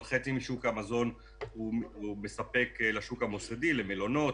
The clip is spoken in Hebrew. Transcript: אבל חצי משוק המזון מספק לשוק המוסדי למלונות,